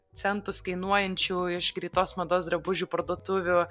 centus kainuojančių iš greitos mados drabužių parduotuvių